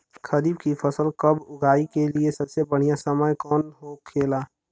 खरीफ की फसल कब उगाई के लिए सबसे बढ़ियां समय कौन हो खेला?